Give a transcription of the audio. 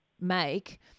make